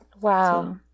Wow